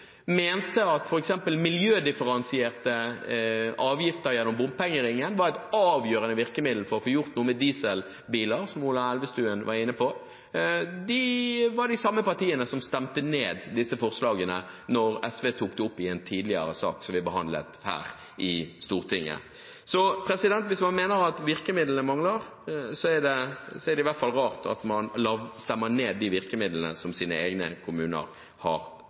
at f.eks. miljødifferensierte avgifter gjennom bompengeringen er et avgjørende virkemiddel for å få gjort noe med dieselbiler, noe også representanten Elvestuen var inne på. Det er de samme partiene som stemte ned disse forslagene da SV tok dem opp i en tidligere sak som vi behandlet her i Stortinget. Hvis man mener at virkemidlene mangler, er det i hvert fall rart at man stemmer ned de virkemidlene som deres egne kommuner har